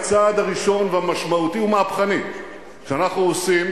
הצעד הראשון והמשמעותי ומהפכני שאנחנו עושים,